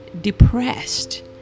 depressed